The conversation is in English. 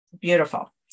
beautiful